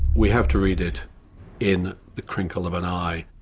we have to read it in the crinkle of an eye.